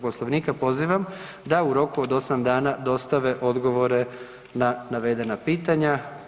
Poslovnika pozivam da u roku od 8 dana dostave odgovore na navedena pitanja.